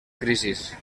crisis